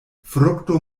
frukto